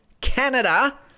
Canada